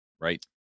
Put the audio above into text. right